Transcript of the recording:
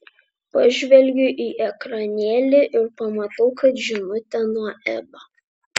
pažvelgiu į ekranėlį ir pamatau kad žinutė nuo edo